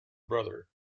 brother